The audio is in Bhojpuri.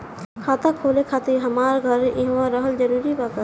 खाता खोले खातिर हमार घर इहवा रहल जरूरी बा का?